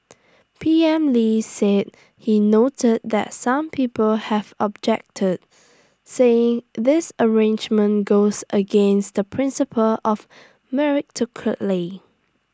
P M lee said he noted that some people have objected saying this arrangement goes against the principle of